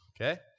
okay